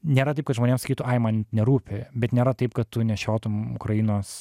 nėra taip kad žmonėm sakytų ai man nerūpi bet nėra taip kad tu nešiotum ukrainos